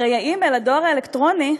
הרי האימייל, הדואר האלקטרוני,